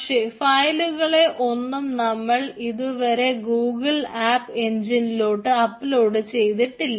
പക്ഷേ ഫയലുകളെ ഒന്നും നമ്മൾ ഇതുവരെ ഗൂഗിൾ ആപ്പ് എൻജിനിലോട്ട് അപ്ലോഡ് ചെയ്തിട്ടില്ല